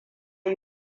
yi